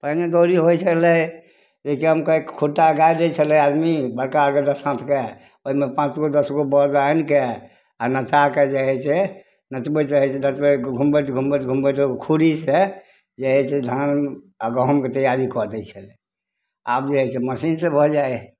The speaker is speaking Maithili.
पहिले दौनी होइ छलै एकठामके खूट्टा गाड़ि दै छलै आदमी बड़का बड़का दस हाथके ओहिमे पाँचगो दसगो बड़द आनिके आओर नचाके जे हइ से नचबैत रहै से नचबैत घुमबैत घुमबैत ओ खूड़ीसे जे हइ से धान आओर गहूमके तैआरी कऽ दै छलै आब जे हइ से मशीनसे भऽ जाइ हइ